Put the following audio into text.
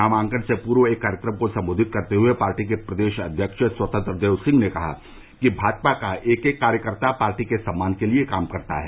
नामांकन से पूर्व एक कार्यक्रम को संबोधित करते हुए पार्टी के प्रदेश अध्यक्ष स्वतंत्र देव सिंह ने कहा कि भाजपा का एक एक कार्यकर्ता पार्टी के सम्मान के लिये काम करता है